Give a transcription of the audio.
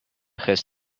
has